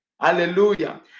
hallelujah